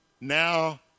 Now